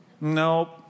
Nope